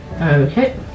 Okay